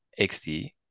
XD